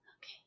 Okay